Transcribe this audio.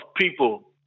people